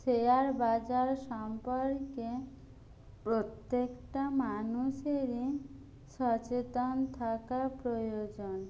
share বাজার সম্পর্কে প্রত্যেকটা মানুষেরই সচেতন থাকা প্রয়োজন